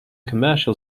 commercial